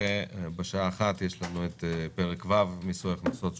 ובשעה 1 נדון בפרק ו': מיסוי הכנסות צבורות,